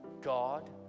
God